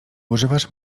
używasz